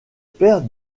père